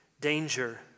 danger